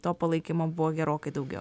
to palaikymo buvo gerokai daugiau